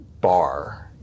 bar